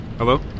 Hello